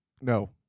No